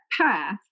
path